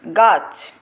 গাছ